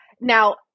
now